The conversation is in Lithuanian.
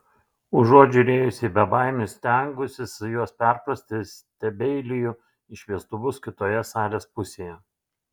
užuot žiūrėjusi į bebaimius stengusis juos perprasti stebeiliju į šviestuvus kitoje salės pusėje